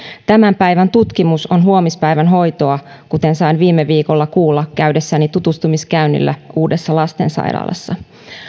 tämän päivän tutkimus on huomispäivän hoitoa kuten sain viime viikolla kuulla käydessäni tutustumiskäynnillä uudessa lastensairaalassa